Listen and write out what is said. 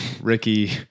Ricky